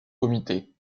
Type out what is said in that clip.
comités